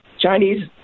Chinese